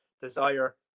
desire